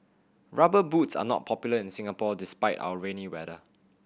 Rubber Boots are not popular in Singapore despite our rainy weather